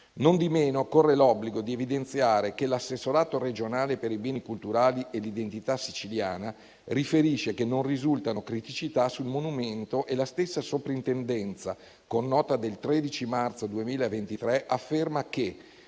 Non di meno, corre l'obbligo di evidenziare che l'assessorato regionale per i beni culturali e l'identità siciliana riferisce che non risultano criticità sul monumento e la stessa soprintendenza, con nota del 13 marzo 2023, afferma che